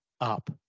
up